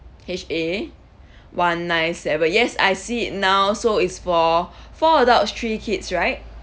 H A one nine seven yes I see it now so it's for four adults three kids right